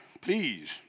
please